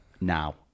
now